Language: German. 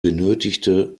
benötigte